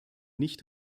nicht